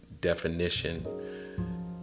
definition